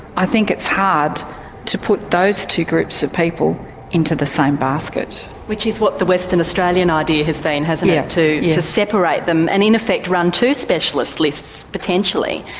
i think it's hard to put those two groups of people into the same basket. which is what the western australian idea has been, hasn't yeah it, to separate them and in effect run two specialists lists, potentially,